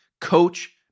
coach